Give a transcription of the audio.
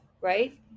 right